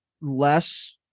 less